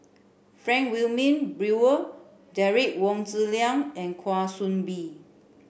Frank Wilmin Brewer Derek Wong Zi Liang and Kwa Soon Bee